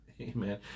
Amen